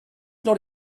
not